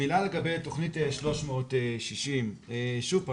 מילה לגבי תוכנית 360. שוב פעם,